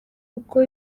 kuko